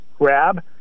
Grab